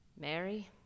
Mary